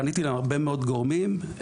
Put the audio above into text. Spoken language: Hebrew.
פניתי להרבה מאוד גורמים,